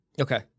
Okay